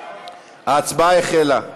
ההצבעה החלה.